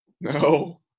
No